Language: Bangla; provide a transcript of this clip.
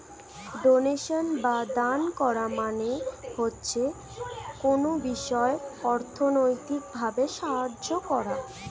ডোনেশন বা দান করা মানে হচ্ছে কোনো বিষয়ে অর্থনৈতিক ভাবে সাহায্য করা